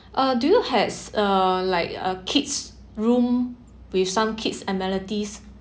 uh do you have uh like a kids room with some kids amenities